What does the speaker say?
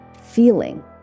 feeling